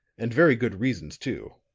and very good reasons, too.